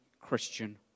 Christian